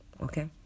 okay